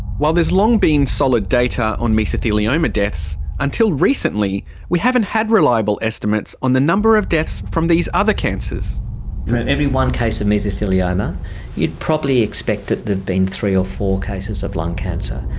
while there's long been solid data on mesothelioma deaths, until recently we haven't had reliable estimates on the number of deaths from these other cancers. for and every one case of mesothelioma you'd probably expect that there've been three or four cases of lung cancer.